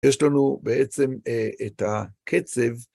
יש לנו בעצם את הקצב.